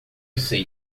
sei